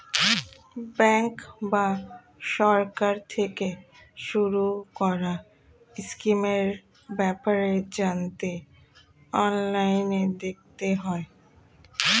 bank বা সরকার থেকে শুরু করা স্কিমের ব্যাপারে জানতে অনলাইনে দেখতে হয়